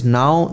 now